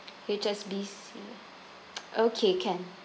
H_S_B_C okay can